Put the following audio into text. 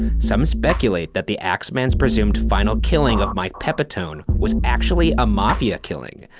some speculate that the axeman's presumed final killing of mike pepitone, was actually a mafia killing.